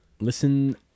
listen